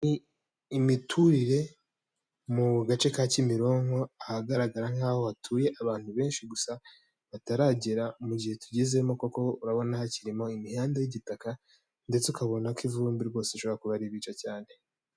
Imiturire mu gace ka Kimironko ahagaragara nk'aho hatuye abantu benshi gusa bataragera mu gihe tugezemo koko urabona hakirimo imihanda y'igitaka, ndetse ukabona ko ivumbi rwose rishobora kuba ribica cyane.